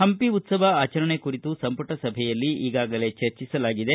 ಹಂಪಿ ಉತ್ತವ ಆಚರಣೆ ಕುರಿತು ಸಂಪುಟ ಸಭೆಯಲ್ಲಿ ಈಗಾಗಲೇ ಚರ್ಚಿಸಲಾಗಿದೆ